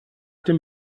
dem